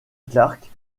clark